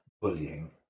bullying